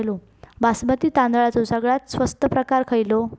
बासमती तांदळाचो सगळ्यात स्वस्त प्रकार खयलो?